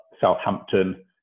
Southampton